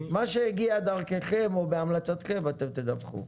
מה שהגיע דרככם או בהמלצתכם, אתם תדווחו.